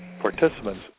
participants